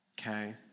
Okay